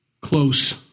close